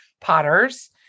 potters